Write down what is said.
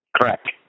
Correct